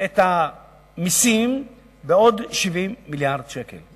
במסים ועוד 70 מיליארד שקל.